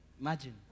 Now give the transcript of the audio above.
Imagine